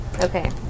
Okay